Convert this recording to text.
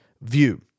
view